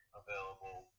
available